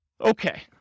Okay